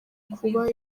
kuba